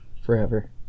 forever